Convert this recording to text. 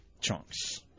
Chunks